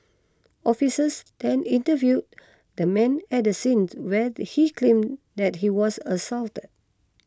officers then interviewed the man at the scene where he claimed that he was assaulted